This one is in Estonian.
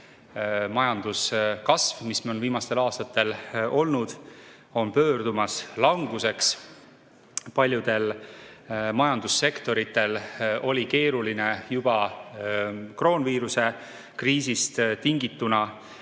Majanduskasv, mis on viimastel aastatel olnud, on pöördumas languseks. Paljudel majandussektoritel oli keeruline juba kroonviiruse kriisist tingituna,